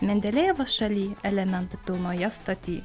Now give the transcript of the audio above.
mendelejevo šaly elementų pilnoje stoty